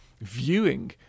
viewing